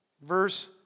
verse